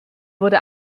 wurde